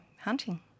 hunting